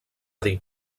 dir